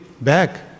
back